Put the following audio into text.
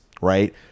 right